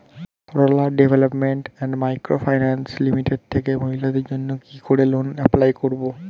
Sarala development and micro finance limited থেকে মহিলাদের জন্য কি করে লোন এপ্লাই করব?